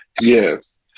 Yes